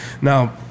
Now